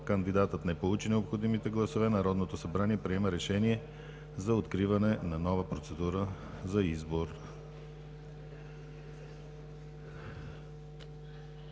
кандидатът не получи необходимите гласове, Народното събрание приема решение за откриване на нова процедура за избор.